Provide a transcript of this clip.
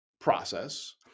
process